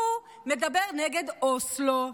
הוא מדבר נגד אוסלו.